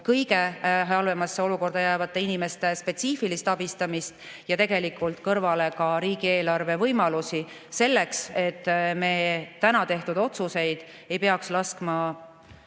kõige halvemasse olukorda jäävate inimeste spetsiifilist abistamist ja tegelikult kõrvale ka riigieelarve võimalusi, et me täna tehtud otsuseid ei peaks laskma